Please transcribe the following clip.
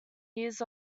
years